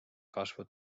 kasvu